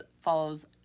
follows